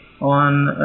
on